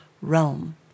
realm